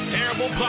Terrible